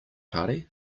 party